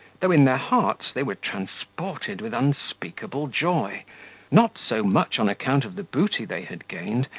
though in their hearts they were transported with unspeakable joy not so much on account of the booty they had gained,